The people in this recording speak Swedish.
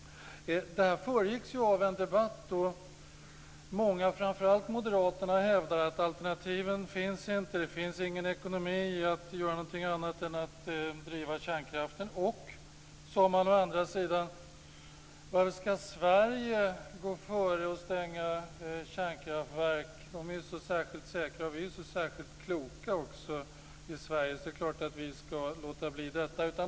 Det här föregicks av en debatt. Många, framför allt moderaterna, hävdar att det inte finns några alternativ. Det finns ingen ekonomi att göra någonting annat än att driva kärnkraft. Varför ska Sverige gå före och stänga kärnkraftverk? De ska vara så särskilt säkra och vi är så särskilt kloka i Sverige, så det är klart att vi ska låta bli detta.